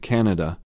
Canada